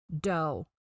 dough